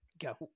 Go